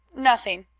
nothing,